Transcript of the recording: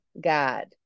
God